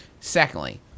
Secondly